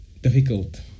Difficult